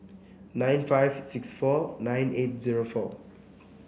nine five six four nine eight zero four